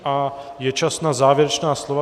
A je čas na závěrečná slova.